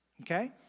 Okay